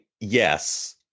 yes